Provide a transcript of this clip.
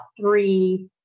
three